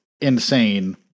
insane